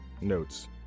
Notes